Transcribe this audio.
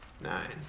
Nine